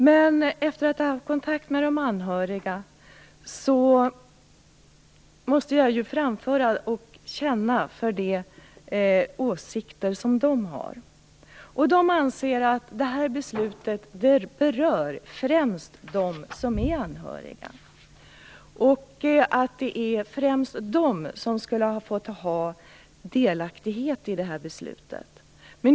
Men efter att ha haft kontakt med de anhöriga måste jag framföra och känna för de åsikter som de har. De anser att det här beslutet berör främst dem som är anhöriga och att det är främst de som borde ha fått vara delaktiga i beslutet.